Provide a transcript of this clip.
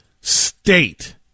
state